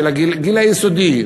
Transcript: של הגיל היסודי,